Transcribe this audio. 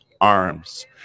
arms